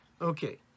okay